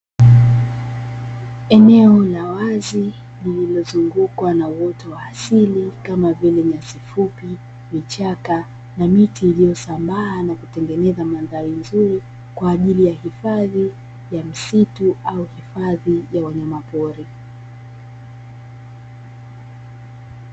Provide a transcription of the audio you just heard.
Eneo la wazi lililozungukwa na uwoto wa asili kama vile: nyasi fupi, vichaka na miti iliyosambaa na kutengeneza mandhari nzuri kwa ajili ya hifadhi ya misitu au hifadhi ya wanyama pori.